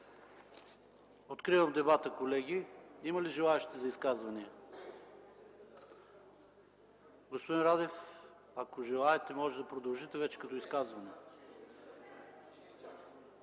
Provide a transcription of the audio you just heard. откривам дебата. Има ли желаещи за изказвания? Господин Радев, ако желаете, можете да продължите вече като изказване.